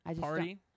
Party